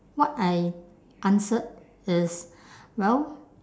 what I answered is well